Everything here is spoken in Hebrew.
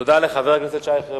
תודה לחבר הכנסת שי חרמש,